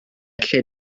lle